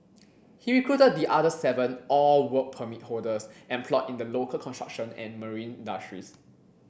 he recruited the other seven all Work Permit holders employed in the local construction and marine industries